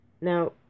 Now